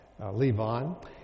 Levon